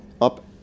up